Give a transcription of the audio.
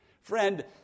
Friend